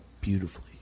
beautifully